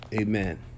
amen